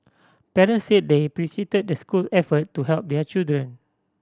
parents said they appreciated the school effort to help their children